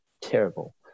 terrible